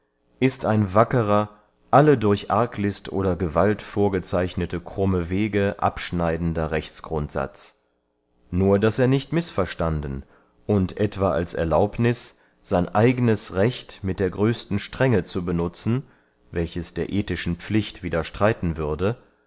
ist ein wackerer alle durch arglist oder gewalt vorgezeichnete krumme wege abschneidender rechtsgrundsatz nur daß er nicht misverstanden und etwa als erlaubnis sein eigenes recht mit der größten strenge zu benutzen welches der ethischen pflicht widerstreiten würde